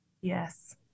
Yes